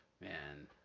man